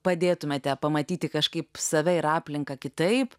padėtumėte pamatyti kažkaip save ir aplinką kitaip